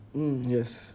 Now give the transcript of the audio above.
mm yes